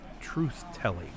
truth-telling